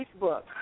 Facebook